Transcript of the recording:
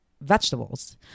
vegetables